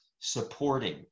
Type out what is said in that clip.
supporting